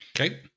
okay